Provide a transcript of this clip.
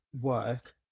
work